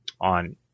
on